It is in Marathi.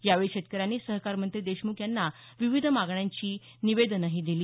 यावेळी शेतकऱ्यांनी सहकार मंत्री देशमुख यांना विविध मागण्यांची निवेदनंही दिली